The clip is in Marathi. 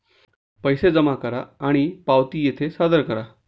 पैसे जमा करा आणि पावती येथे सादर करा